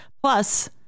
plus